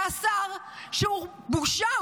זה שר שהוא בושה.